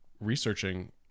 researching